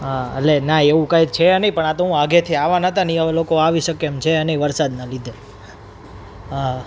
હા એટલે ના એવું કંઈ છે નહીં પણ આ તો આઘેથી આવાના હતા એ લોકો આવી શકે એમ છે નહીં વરસાદના લીધે હા